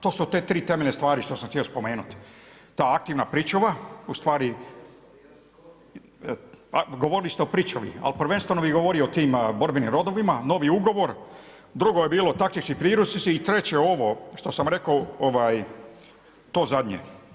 To su te tri temeljne stvari što sam htio spomenuti, ta aktivna pričuva ustvari govorili ste o pričuvi, ali prvenstveno bih govorio o tim borbenim rodovima, novi ugovor, drugo je bilo taktički priručnici i treće ovo što sam rekao to zadnje.